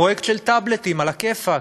פרויקט של טאבלטים, עלא כיפאק.